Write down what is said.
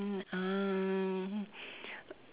um